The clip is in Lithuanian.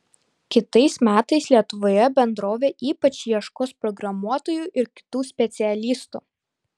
kitais metais lietuvoje bendrovė ypač ieškos programuotojų ir kitų specialistų